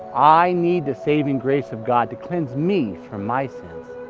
i need the saving grace of god to cleanse me from my sins.